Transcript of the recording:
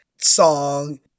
song